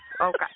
Okay